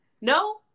No